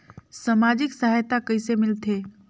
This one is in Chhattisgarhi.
समाजिक सहायता कइसे मिलथे?